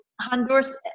honduras